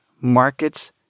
markets